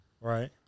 Right